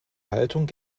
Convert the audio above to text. haltung